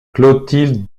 clotilde